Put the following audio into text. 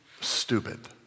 stupid